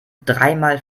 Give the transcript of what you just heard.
dreimal